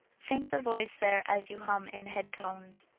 think the voice there as you hum in head tones.